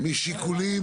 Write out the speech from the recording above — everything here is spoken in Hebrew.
שירה טוענת.